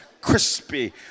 crispy